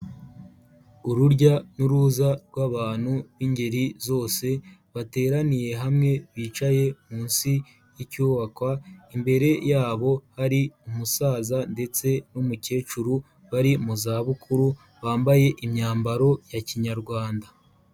Urujya n'uruza rw'abantu b'ingeri zose bateraniye hamwe bicaye munsi y'icyubakwa, imbere yabo hari umusaza ndetse n'umukecuru bari mu zabukuru, bambaye imyambaro ya kinyarwanda.